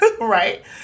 right